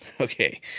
Okay